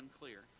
unclear